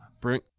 bring